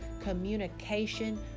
communication